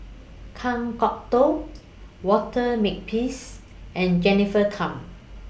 Kan Kwok Toh Walter Makepeace and Jennifer Tham